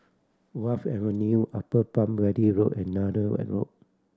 Wharf Avenue Upper Palm Valley Road and Nallur Road